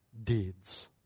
deeds